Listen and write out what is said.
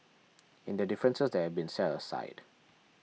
in the differences that have been set aside